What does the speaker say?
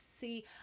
see